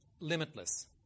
limitless